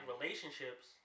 relationships